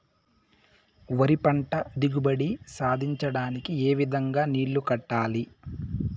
వరి పంట దిగుబడి సాధించడానికి, ఏ విధంగా నీళ్లు కట్టాలి?